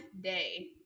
day